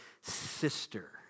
sister